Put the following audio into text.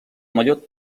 mallot